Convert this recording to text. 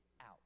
out